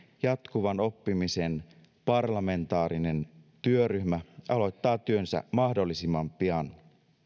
jatkuvan oppimisen parlamentaarinen työryhmä aloittaa työnsä mahdollisimman pian